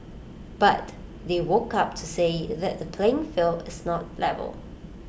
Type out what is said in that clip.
but they woke up to say that the playing field is not level